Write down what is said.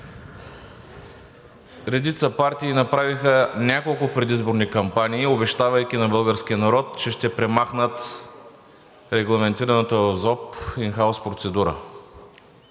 Редица партии направиха няколко предизборни кампании, обещавайки на българския народ, че ще премахнат регламентираната в ЗОП ин хаус процедура.